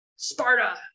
sparta